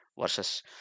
versus